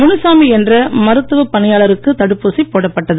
முனுசாமி என்ற மருத்துவ பணியாளருக்கு தடுப்பூசி போடப்பட்டது